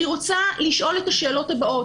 אני רוצה לשאול את השאלות הבאות.